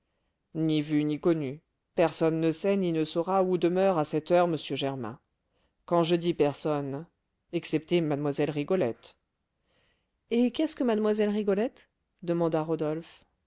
ni vu ni connu personne ne sait ni ne saura où demeure à cette heure m germain quand je dis personne excepté mlle rigolette et qu'est-ce que mlle rigolette demanda rodolphe